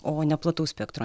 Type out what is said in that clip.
o ne plataus spektro